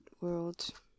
world